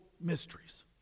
mysteries